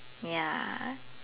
ya